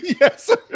yes